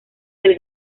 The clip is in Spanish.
del